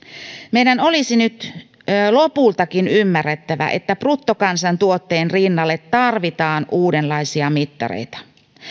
meidän olisi nyt lopultakin ymmärrettävä että bruttokansantuotteen rinnalle tarvitaan uudenlaisia mittareita